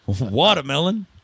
Watermelon